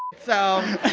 so